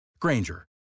Granger